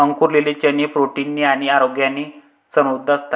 अंकुरलेले चणे प्रोटीन ने आणि आरोग्याने समृद्ध असतात